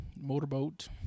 motorboat